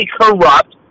corrupt